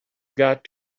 got